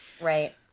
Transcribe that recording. right